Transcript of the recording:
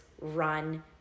run